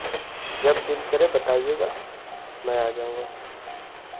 जब दिल करे बताइएगा मैं आ जाऊँगा